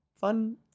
Fun